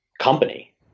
company